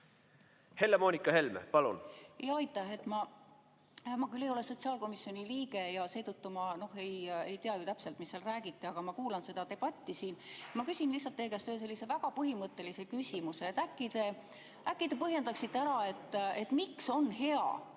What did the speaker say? Helle-Moonika Helme, palun!